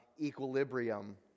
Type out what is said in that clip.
Equilibrium